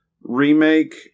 remake